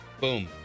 Boom